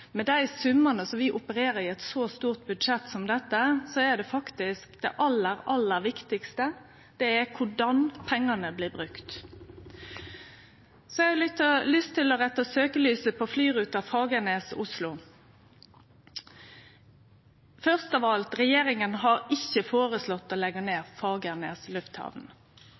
Med dei summane som vi opererer med i eit så stort budsjett som dette, er det faktisk det aller viktigaste korleis pengane blir brukte. Så har eg lyst til å setje søkjelyset på flyruta Fagernes–Oslo. Først av alt: Regjeringa har ikkje føreslått å leggje ned Fagernes